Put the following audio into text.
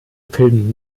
pillen